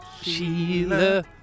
Sheila